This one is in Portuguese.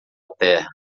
terra